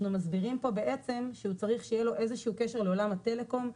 אנחנו מסבירים פה שהוא צריך שיהיה לו איזשהו קשר לעולם הטלקום,